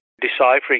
deciphering